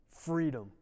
freedom